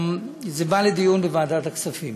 זה בא לדיון בוועדת הכספים.